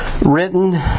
written